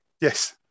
Yes